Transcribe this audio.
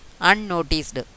unnoticed